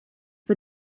bod